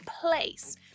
place